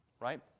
Right